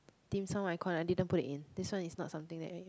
dimsum icon I didn't put it in this one is not something that I